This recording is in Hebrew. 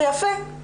זה יפה.